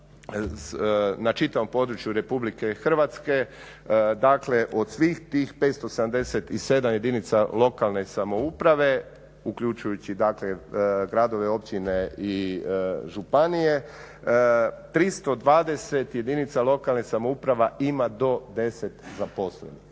na čitavom području RH od svih tih 577 jedinica lokalne samouprave uključujući gradove, općine i županije 320 jedinica lokalnih samouprava ima do 10 zaposlenih.